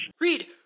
Read